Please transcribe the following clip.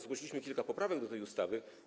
Zgłosiliśmy kilka poprawek do tej ustawy.